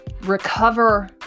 recover